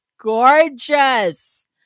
gorgeous